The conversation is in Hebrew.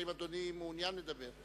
אנחנו נמצאים שבוע לפני חג הפסח,